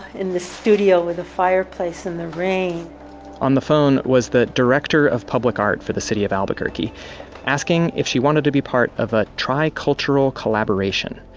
in this studio with the fireplace and the rain on the phone was the director of public art for the city of albuquerque asking if she wanted to be part of a tricultural collaboration.